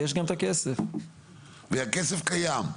והכסף קיים.